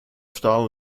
starr